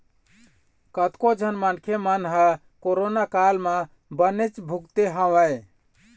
कतको झन मनखे मन ह कोरोना काल म बनेच भुगते हवय